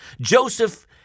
Joseph